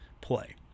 play